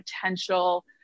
potential